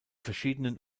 verschiedenen